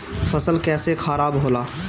फसल कैसे खाराब होला?